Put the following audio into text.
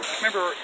remember